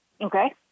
Okay